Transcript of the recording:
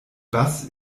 bass